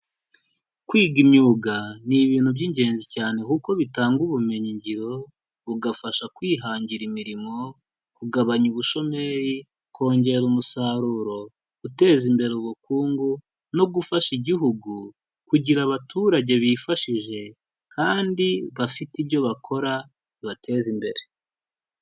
Kwiga imyuga ni ibintu by'ingenzi cyane, kuko bitanga ubumenyi ngiro, bugafasha kwihangira imirimo, kugabanya ubushomeri, kongera umusaruro, guteza imbere ubukungu, no gufasha igihugu, kugira abaturage bifashije, kandi bafite ibyo bakora bibateza imbere.